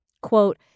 Quote